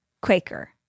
Quaker